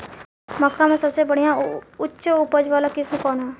मक्का में सबसे बढ़िया उच्च उपज वाला किस्म कौन ह?